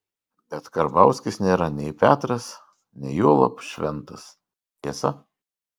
bet karbauskis nėra nei petras nei juolab šventas tiesa